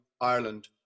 Ireland